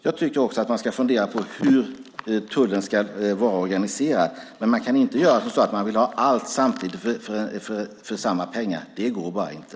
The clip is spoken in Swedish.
Jag tycker också att man ska fundera på hur tullen ska vara organiserad, men man kan inte få allt för samma pengar. Det går bara inte.